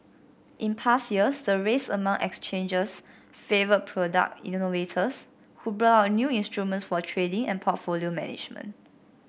in past years the race among exchanges favoured product innovators who brought out new instruments for trading and portfolio management